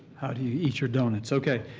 how do you eat your donuts? okay.